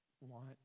want